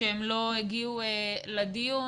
ובינוניים שלא הגיעו לדיון.